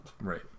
Right